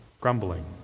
grumbling